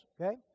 Okay